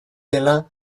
dela